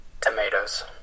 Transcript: Tomatoes